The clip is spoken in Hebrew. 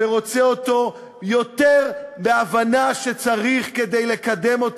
ורוצה אותו יותר בהבנה שכדי לקדם אותו